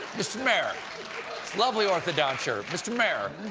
mr. mayor lovely orthodontia. mr. mayor,